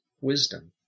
wisdom